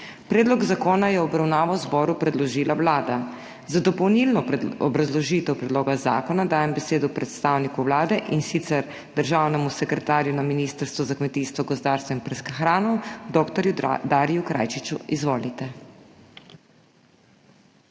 Predlog zakona je v obravnavo zboru predložila Vlada. Za dopolnilno obrazložitev predloga zakona dajem besedo predstavniku Vlade, in sicer državnemu sekretarju na Ministrstvu za kmetijstvo, gozdarstvo in prehrano, dr. Dariju Krajčiču. Izvolite.